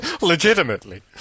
Legitimately